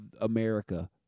America